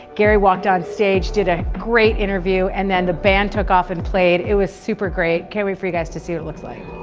gary walked on stage, did a great interview and then the band took off and played. it was super great, can't wait for you guys to see what it looks like.